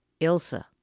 Ilsa